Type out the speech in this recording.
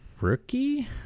rookie